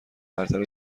برتر